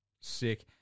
Sick